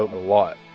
a lot